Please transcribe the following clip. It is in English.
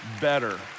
better